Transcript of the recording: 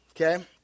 okay